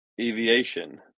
aviation